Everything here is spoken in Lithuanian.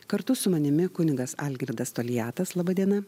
kartu su manimi kunigas algirdas toliatas laba diena